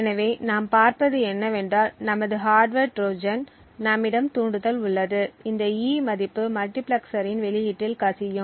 எனவே நாம் பார்ப்பது என்னவென்றால் நமது ஹார்ட்வர் ட்ரோஜன் நம்மிடம் தூண்டுதல் உள்ளது இந்த E மதிப்பு மல்டிபிளெக்சரின் வெளியீட்டில் கசியும்